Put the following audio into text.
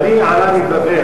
"ארי עלה מבבל"